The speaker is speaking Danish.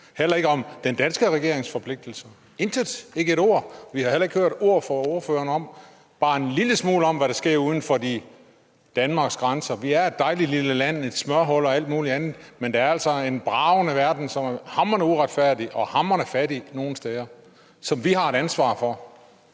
heller ikke om den danske regerings forpligtelser – intet, ikke et ord. Og vi har heller ikke hørt et ord fra ordføreren, bare en lille smule, om, hvad der sker uden for Danmarks grænser. Vi er et dejligt lille land, et smørhul og alt muligt andet, men der er altså en bragende verden, som er hamrende uretfærdig og hamrende fattig nogle steder, og som vi har et ansvar for.